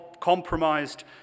compromised